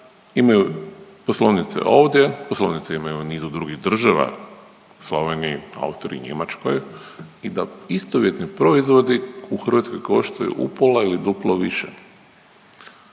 imaju poslovnice ovdje, poslovnice imaju u nizu drugih država Sloveniji, Austriji, Njemačkoj i da istovjetni proizvodi u Hrvatskoj koštaju u pola ili duplo više.